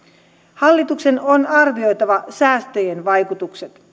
hallituksen on arvioitava säästöjen vaikutukset